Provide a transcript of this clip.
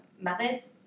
methods